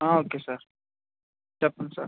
okay sir చెప్పండి sir